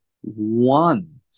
one